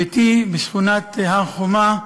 ביתי בשכונת הר-חומה,